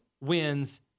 wins